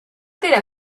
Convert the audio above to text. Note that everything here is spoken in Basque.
dira